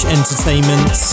Entertainment